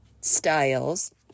styles